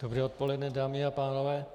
Dobré odpoledne, dámy a pánové.